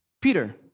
Peter